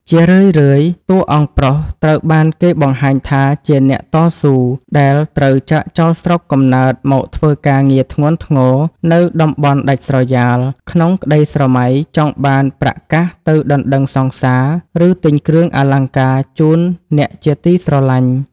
ជារឿយៗ តួអង្គប្រុសត្រូវបានគេបង្ហាញថាជាអ្នកតស៊ូដែលត្រូវចាកចោលស្រុកកំណើតមកធ្វើការងារធ្ងន់ធ្ងរនៅតំបន់ដាច់ស្រយាល ក្នុងក្តីស្រមៃចង់បានប្រាក់កាសទៅដណ្ដឹងសង្សារ ឬទិញគ្រឿងអលង្ការជូនអ្នកជាទីស្រឡាញ់។